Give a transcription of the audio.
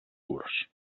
curs